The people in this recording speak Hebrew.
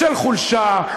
של חולשה,